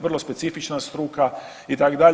Vrlo specifična struka itd.